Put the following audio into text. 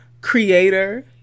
creator